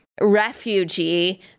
refugee